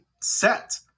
set